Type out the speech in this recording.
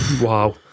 Wow